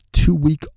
two-week